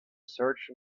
search